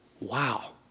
Wow